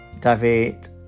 David